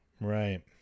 right